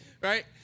Right